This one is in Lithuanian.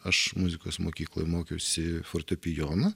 aš muzikos mokykloj mokiausi fortepijono